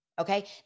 okay